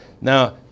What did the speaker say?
Now